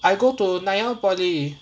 I go to nanyang poly